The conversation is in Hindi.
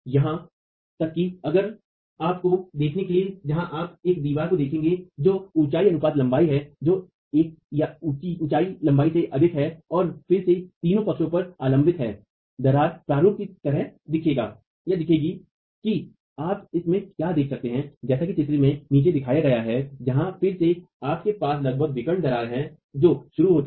यहां तक कि अगर आप को देखने के लिए जहां आप एक दीवार को देखेंगे जो ऊंचाई अनुपात लंबाई है जो एक या ऊंचाई लंबाई से अधिक है और फिर से 3 पक्षों पर आलाम्बित है दरार प्रारूप की तरह दिखेगा कि आप इस में क्या देख सकते हैं जैसा की चित्र में नीचे दिखाया गया है जहां फिर से आपके पास लगभग विकर्ण दरारें हैं जो शुरू होती हैं